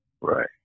Right